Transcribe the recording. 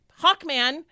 Hawkman